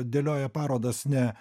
dėlioja parodas ne